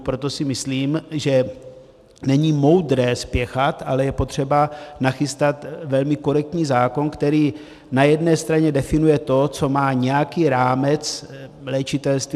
Proto si myslím, že není moudré spěchat, ale je potřeba nachystat velmi korektní zákon, který na jedné straně definuje to, co má nějaký rámec v léčitelství.